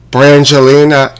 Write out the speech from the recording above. Brangelina